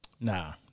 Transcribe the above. Nah